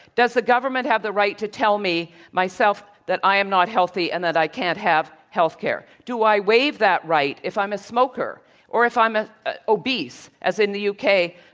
does the government have the right to tell me myself that i am not healthy and that i can't have healthcare? do i waive that right if i'm a smoker or if i'm ah ah obese, as in the u. k?